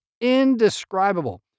indescribable